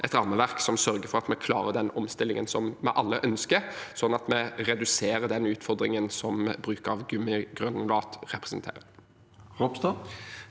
et rammeverk som sørger for at vi klarer den omstillingen vi alle ønsker, slik at vi reduserer utfordringen som bruken av gummigranulat representerer.